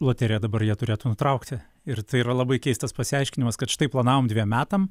loteriją dabar jie turėtų nutraukti ir tai yra labai keistas pasiaiškinimas kad štai planavom dvejiem metam